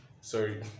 sorry